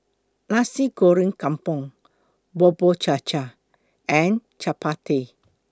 Nasi Goreng Kampung Bubur Cha Cha and Chappati